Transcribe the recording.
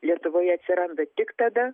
lietuvoje atsiranda tik tada